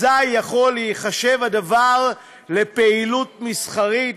אזי יכול להיחשב הדבר לפעילות מסחרית,